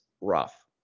rough